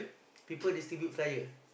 people distribute flyer